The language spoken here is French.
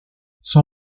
son